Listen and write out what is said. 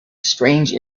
strange